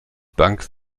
bank